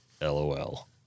LOL